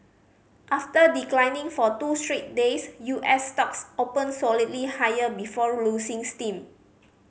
after declining for two straight days U S stocks opened solidly higher before losing steam